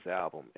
album